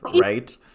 right